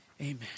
amen